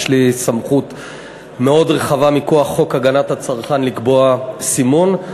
יש לי סמכות מאוד רחבה מכוח חוק הגנת הצרכן לקבוע סימון.